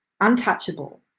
untouchable